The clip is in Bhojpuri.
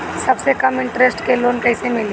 सबसे कम इन्टरेस्ट के लोन कइसे मिली?